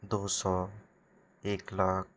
दो सौ एक लाख